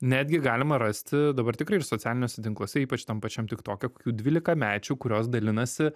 netgi galima rasti dabar tikrai ir socialiniuose tinkluose ypač tam pačiam tiktoke dvylikamečių kurios dalinasi